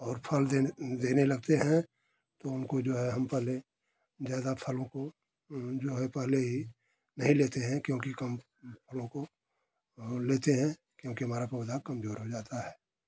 और फल देने लगते हैं तो उनको जो है हम पहले जैसा फलों को जो है पहले ही नहीं लेते हैं क्योंकि कम फलों को लेते हैं क्योंकि हमारा पौधा कमजोर हो जाता है